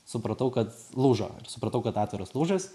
supratau kad lūžo ir supratau kad atviras lūžis